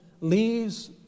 leaves